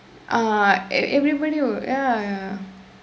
ah everybody will ya ya